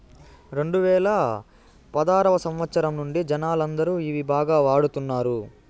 రెండువేల పదారవ సంవచ్చరం నుండి జనాలందరూ ఇవి బాగా వాడుతున్నారు